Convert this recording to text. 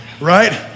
right